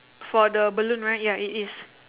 for the balloon right ya it is